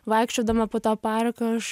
vaikščiodama po tą paraką aš